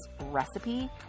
recipe